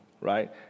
right